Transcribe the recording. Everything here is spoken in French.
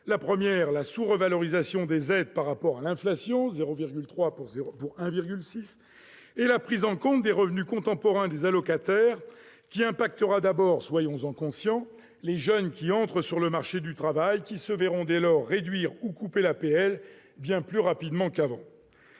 budgétaire : la sous-revalorisation des aides- 0,3 % -par rapport à l'inflation- 1,6 % -et la prise en compte des revenus contemporains des allocataires, qui impactera d'abord, soyons-en conscients, les jeunes qui entrent sur le marché du travail, qui se verront dès lors réduire ou couper l'APL bien plus rapidement qu'avant.